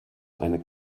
eine